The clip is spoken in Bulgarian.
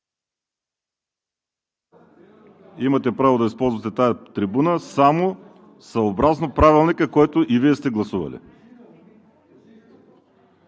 Имате право да използвате тази трибуна само съобразно Правилника, който и Вие сте гласували.